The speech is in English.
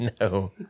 No